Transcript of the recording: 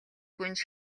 гүнж